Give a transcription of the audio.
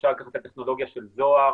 אפשר לקחת את הטכנולוגיה של זוהר,